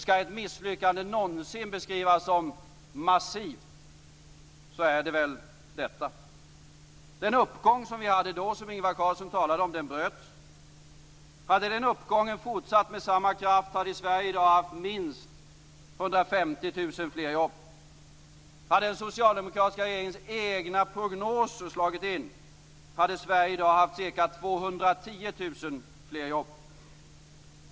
Skall ett misslyckande någonsin beskrivas som massivt är det väl detta. Den uppgång som vi hade då och som Ingvar Carlsson talade om bröts. Hade den uppgången fortsatt med samma kraft hade Sverige i dag haft minst 150 000 fler jobb. Hade den socialdemokratiska regeringens egna prognoser slagit in hade Sverige i dag haft ca 210 000 fler jobb.